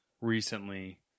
recently